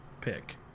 pick